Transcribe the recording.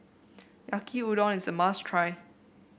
Yaki Udon is a must try